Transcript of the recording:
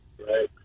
Right